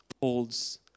holds